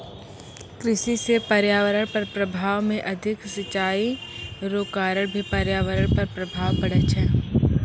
कृषि से पर्यावरण पर प्रभाव मे अधिक सिचाई रो कारण भी पर्यावरण पर प्रभाव पड़ै छै